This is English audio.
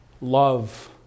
love